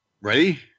ready